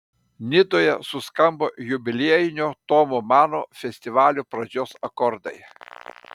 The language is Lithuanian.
nidoje suskambo jubiliejinio tomo mano festivalio pradžios akordai